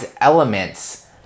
elements